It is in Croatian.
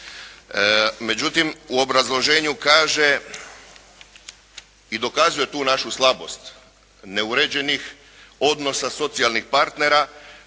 Međutim, u obrazloženju kaže i dokazuje tu našu slabost neuređenih odnosa socijalnih partnera.